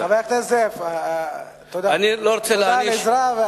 חבר הכנסת זאב, תודה על העזרה.